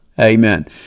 Amen